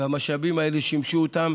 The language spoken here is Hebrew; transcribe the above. והמשאבים האלה שימשו אותם